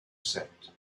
set